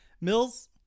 Mills